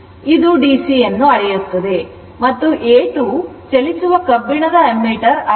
ಆದ್ದರಿಂದ ಇದು ಡಿಸಿ ಅನ್ನು ಅಳೆಯುತ್ತದೆ ಮತ್ತು A2 ಚಲಿಸುವ ಕಬ್ಬಿಣದ ammeter ಆಗಿದೆ